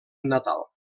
natal